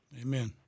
Amen